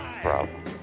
problem